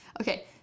okay